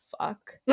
fuck